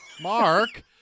Mark